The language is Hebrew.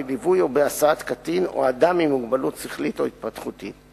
בליווי או בהסעה של קטין או אדם עם מוגבלות שכלית או התפתחותית.